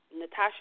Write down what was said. Natasha